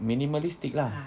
minimalistic lah